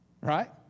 right